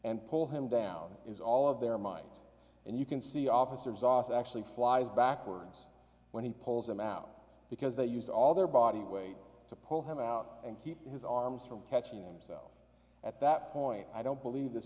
and pull him down is all of their minds and you can see officers os actually flies backwards when he pulls them out because they used all their body weight to pull him out and keep his arms from catching themselves at that point i don't believe this